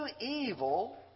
evil